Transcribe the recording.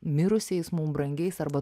mirusiais mum brangiais arba